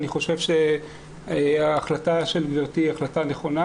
אני חושב שההחלטה של גברתי היא החלטה נכונה,